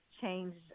changed